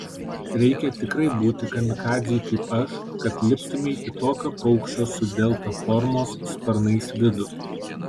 reikia tikrai būti kamikadzei kaip aš kad liptumei į tokio paukščio su delta formos sparnais vidų